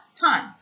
time